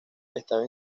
estaba